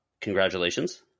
Congratulations